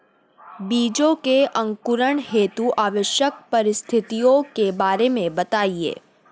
बीजों के अंकुरण हेतु आवश्यक परिस्थितियों के बारे में बताइए